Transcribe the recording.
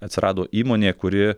atsirado įmonė kuri